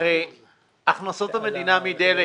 הכנסות המדינה מדלק,